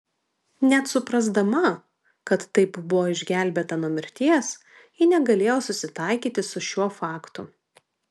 net suprasdama kad taip buvo išgelbėta nuo mirties ji negalėjo susitaikyti su šiuo faktu